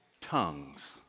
tongues